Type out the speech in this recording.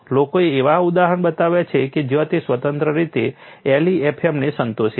લોકોએ એવા ઉદાહરણો બતાવ્યા છે કે જ્યાં તે સ્વતંત્ર રીતે LEFM ને સંતોષે છે